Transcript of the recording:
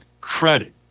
credit